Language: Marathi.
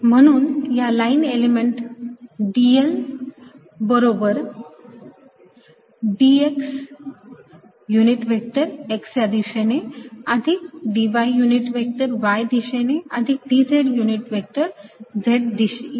म्हणून लाईन एलिमेंट dl व्हेक्टर बरोबर dx युनिट व्हेक्टर x या दिशेने अधिक dy युनिट व्हेक्टर y या दिशेने अधिक dz युनिट व्हेक्टर z या दिशेने